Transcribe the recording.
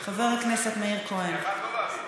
חבר הכנסת מאיר כהן,